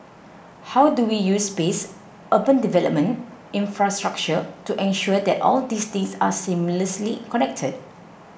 how do we use space urban development infrastructure to ensure that all these things are seamlessly connected